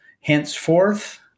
henceforth